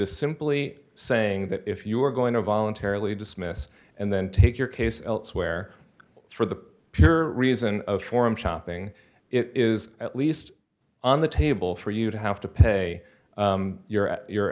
is simply saying that if you are going to voluntarily dismiss and then take your case elsewhere for the pure reason of forum shopping it is at least on the table for you to have to pay your a